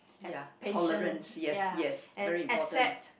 ya tolerance yes yes very important